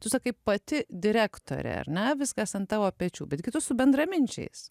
tu sakai pati direktorė ar ne viskas ant tavo pečių bet gi tu su bendraminčiais